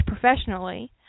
professionally